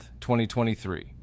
2023